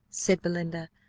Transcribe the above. said belinda.